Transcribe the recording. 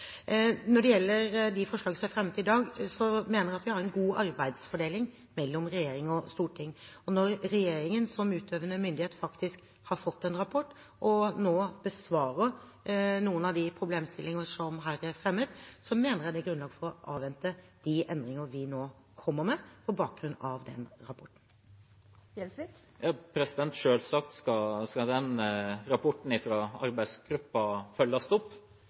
Når det gjelder forslagene som er fremmet i dag, mener jeg vi har en god arbeidsfordeling mellom regjering og storting. Når regjeringen som utøvende myndighet har fått en rapport og nå besvarer noen av problemstillingene som er fremmet der, mener jeg det er grunnlag for å avvente endringene vi nå kommer med på bakgrunn av den rapporten. Selvsagt skal rapporten fra arbeidsgruppa følges opp, men samtidig er det viktig at regjeringen, ikke minst, følger opp